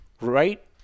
right